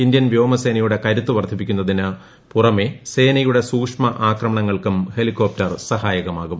Indian വ്യോമസേനയുടെ കരുത്ത് വർദ്ധിപ്പിക്കുന്നതിന് പുറമെ സേനയുടെ സൂക്ഷ്മ ആക്രമണങ്ങൾക്കും ഹെലികോപ്റ്റർ സഹായകമാകും